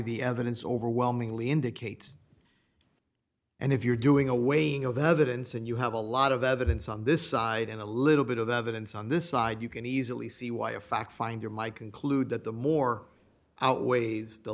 the evidence overwhelmingly indicates and if you're doing a waiting of evidence and you have a lot of evidence on this side and a little bit of evidence on this side you can easily see why a fact finder my conclude that the more outweighs the